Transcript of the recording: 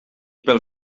pel